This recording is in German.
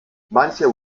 manche